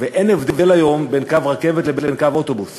ואין הבדל היום בין קו רכבת לבין קו אוטובוס